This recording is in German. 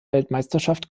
weltmeisterschaft